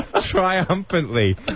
triumphantly